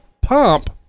pump